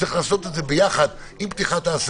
שכוללים פתיחה של מקומות עבודה ותחילת פתיחת מערכת